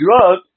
drug